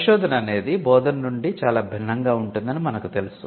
పరిశోధన అనేది బోధన నుండి చాలా భిన్నంగా ఉంటుoదని మనకు తెలుసు